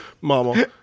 Mama